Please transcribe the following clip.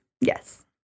Yes